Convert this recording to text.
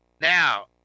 Now